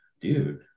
dude